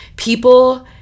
People